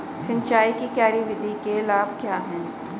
सिंचाई की क्यारी विधि के लाभ क्या हैं?